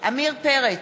עמיר פרץ,